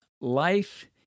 life